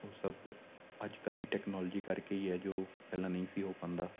ਉਹ ਸਭ ਅੱਜ ਕੱਲ੍ਹ ਦੀ ਟੈਕਨੋਲੋਜੀ ਕਰਕੇ ਹੀ ਹੈ ਜੋ ਪਹਿਲਾਂ ਨਹੀਂ ਸੀ ਹੋ ਪਾਉਂਦਾ